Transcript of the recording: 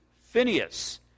Phineas